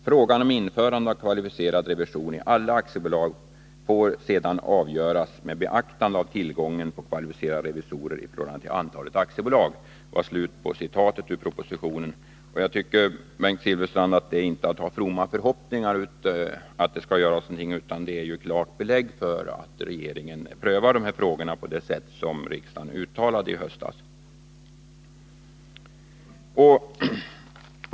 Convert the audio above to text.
Frågan om införandet av kvalificerad revision i alla aktiebolag får sedan avgöras med beaktande av tillgången på kvalificerade revisorer i förhållande till antalet aktiebolag.” Jag tycker, Bengt Silfverstrand, att detta inte är att ha fromma förhoppningar om att det skall göras någonting. Det är klart belägg för att regeringen prövar dessa frågor på det sätt som riksdagen uttalade sig för i höstas.